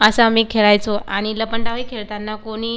असं आम्ही खेळायचो आणि लपंडावही खेळताना कोणी